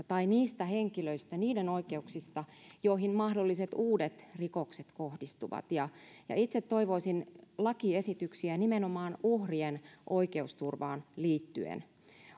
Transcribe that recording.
tai niistä henkilöistä niiden oikeuksista joihin mahdolliset uudet rikokset kohdistuvat itse toivoisin lakiesityksiä nimenomaan uhrien oikeusturvaan liittyen